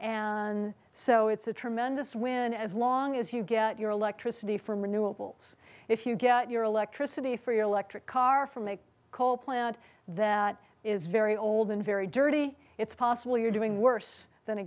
and so it's a tremendous win as long as you get your electricity from renewables if you get your electricity for your electric car from a coal plant that is very old and very dirty it's possible you're doing worse than a